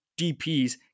DPs